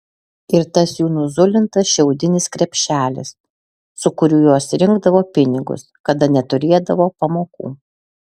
ir tas jų nuzulintas šiaudinis krepšelis su kuriuo jos rinkdavo pinigus kada neturėdavo pamokų